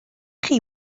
chi